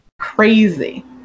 crazy